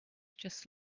just